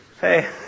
hey